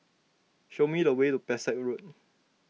show me the way to Pesek Road